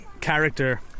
character